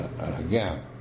again